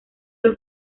los